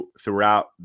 throughout